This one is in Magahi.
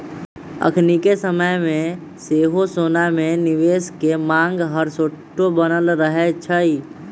अखनिके समय में सेहो सोना में निवेश के मांग हरसठ्ठो बनल रहै छइ